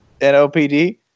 NOPD